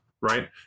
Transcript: right